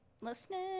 Listening